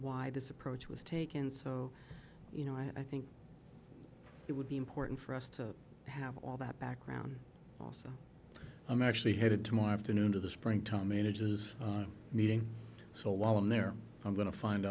why this approach was taken so you know i think it would be important for us to have all that background also i'm actually headed tomorrow afternoon to the spring time managers meeting so while i'm there i'm going to find